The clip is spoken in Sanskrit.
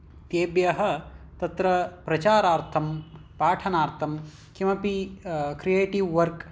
तेब्यः तत्र प्रचारार्थं पाठनार्थं किमपि क्रियेटिव् वर्क्